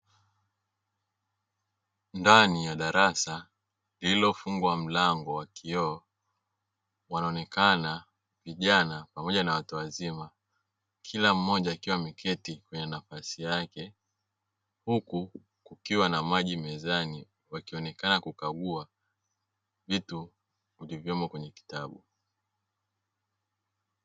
Ndani ya darasa lililofungwa mlango wa kioo wanaonekana vijana pamoja na watu wazima kila mmoja akiwa ameketi kwenye nafasi yake, huku kukiwa na maji mezani wakionekana kukagua vitu vilivyomo kwenye kitabu.